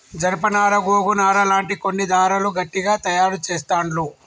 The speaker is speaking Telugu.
జానప నారా గోగు నారా లాంటి కొన్ని దారాలు గట్టిగ తాయారు చెస్తాండ్లు